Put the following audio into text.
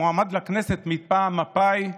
המועמד לכנסת מטעם מפא"י,